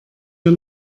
wir